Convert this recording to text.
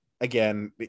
again